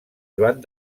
joan